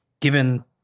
given